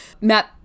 Matt